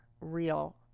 real